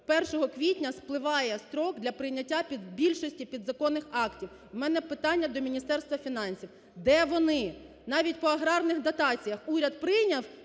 1 квітня спливає строк для прийняття більшості підзаконних актів. В мене питання до Міністерства фінансів: де вони? Навіть по аграрних дотаціях уряд прийняв,